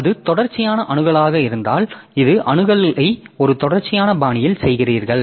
எனவே அது தொடர்ச்சியான அணுகலாக இருந்தது இந்த அணுகலை ஒரு தொடர்ச்சியான பாணியில் செய்கிறீர்கள்